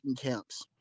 camps